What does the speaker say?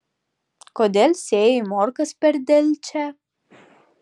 kodėl sėjai morkas per delčią